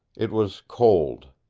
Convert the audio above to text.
it was cold.